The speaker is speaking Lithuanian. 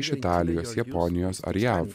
iš italijos japonijos ar jav